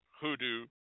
hoodoo